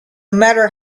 matter